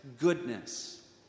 goodness